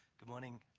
good morning,